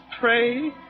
pray